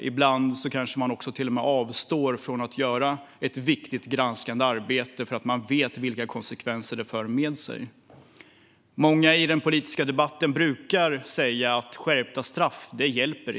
Ibland kanske man till och med avstår från att göra ett viktigt granskande arbete därför att man vet vilka konsekvenser det får. Många i den politiska debatten brukar säga att skärpta straff inte hjälper.